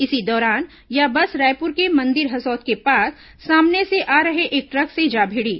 इसी दौरान यह बस रायपुर के मंदिर हसौद के पास सामने से आ रहे एक ट्रक से जा भिड़ी